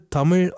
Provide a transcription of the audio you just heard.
Tamil